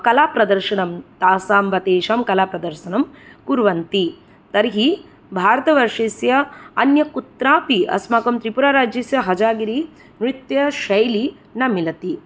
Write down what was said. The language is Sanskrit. कलाप्रदर्शनं तासां वा तेषाम् कलाप्रदर्शनं कुर्वन्ति तर्हि भारतवर्षस्य अन्य कुत्रापि अस्माकं त्रिपुराराज्यस्य हज़ागिरीनृत्यशैली न मिलति